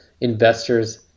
investors